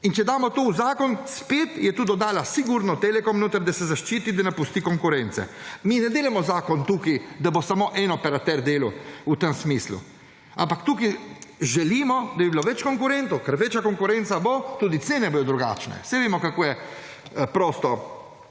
In če damo to v zakon, spet je to dodal sigurno Telekom noter, da se zaščiti, da ne spusti konkurence. Mi ne delamo zakon tukaj, da bo samo en operater delal v tem smislu, ampak tukaj želimo, da bi bilo več konkurentov, ker večja konkurenca bo, tudi cene bodo drugačne. Saj vemo, kako je prosti